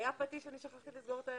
מאוד מתרגשת להיות במעמד